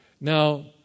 Now